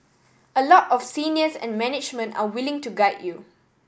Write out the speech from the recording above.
a lot of seniors and management are willing to guide you